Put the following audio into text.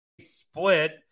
split